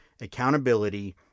accountability